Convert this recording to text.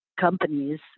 companies